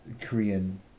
Korean